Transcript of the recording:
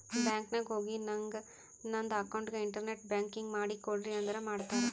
bank ನಾಗ್ ಹೋಗಿ ನಂಗ್ ನಂದ ಅಕೌಂಟ್ಗ ಇಂಟರ್ನೆಟ್ ಬ್ಯಾಂಕಿಂಗ್ ಮಾಡ್ ಕೊಡ್ರಿ ಅಂದುರ್ ಮಾಡ್ತಾರ್